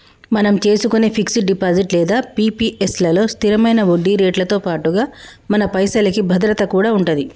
మనం చేసుకునే fix deposit లేదా పి.పి.ఎస్ లలో స్థిరమైన వడ్డీరేట్లతో పాటుగా మన పైసలకి భద్రత కూడా ఉంటది